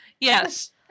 Yes